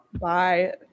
Bye